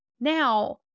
now